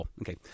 okay